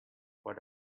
what